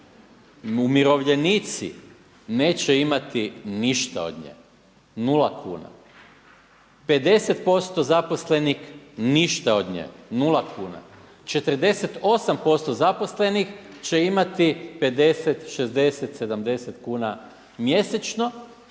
Umirovljenici neće imati ništa od nje, 0 kuna. 50% zaposlenih ništa od nje, 0 kuna. 48% zaposlenih će imati 50, 60, 70 kuna mjesečno,